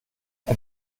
ein